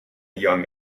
young